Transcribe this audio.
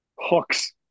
Hooks